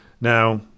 Now